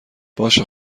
باشه